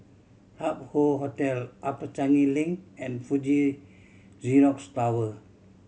Hup Hoe Hotel Upper Changi Link and Fuji Xerox Tower